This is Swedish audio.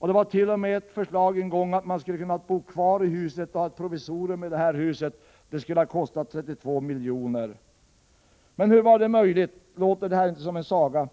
Det har t.o.m. funnits förslag som, om de förverkligades, skulle ha inneburit att vi hade kunnat vara kvar i huset. Ett provisorium här skulle ha kostat 32 miljoner. Men hur var någonting sådant möjligt? Låter det inte som en saga?